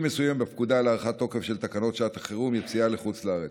מסוימים בפקודה להארכת תוקף של תקנות שעת חירום (יציאה לחוץ-לארץ)